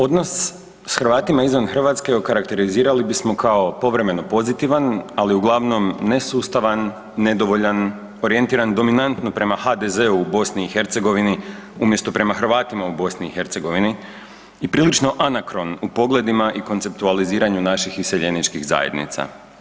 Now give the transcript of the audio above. Odnos s Hrvatima izvan Hrvatske okarakterizirali bismo kao povremeno pozitivan, ali uglavnom nesustavan, nedovoljan, orijentiran dominantno prema HDZ-u u BiH-u umjesto prema Hrvatima u BiH-u i prilično anakron u pogledima i konceptualiziranju naših iseljeničkih zajednica.